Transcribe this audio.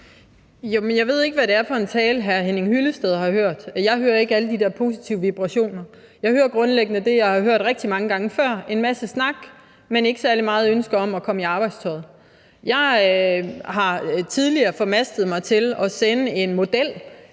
Jeg ved ikke, hvad det er for en tale, hr. Henning Hyllested har hørt. Jeg hører ikke alle de der positive vibrationer. Jeg hører grundlæggende det, jeg har hørt rigtig mange gange før: en masse snak, men ikke særlig meget ønske om at komme i arbejdstøjet. Jeg har tidligere formastet mig til at sende en model